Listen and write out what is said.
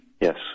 Yes